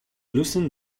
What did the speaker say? loosened